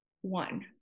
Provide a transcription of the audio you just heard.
one